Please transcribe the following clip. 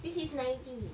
this is ninety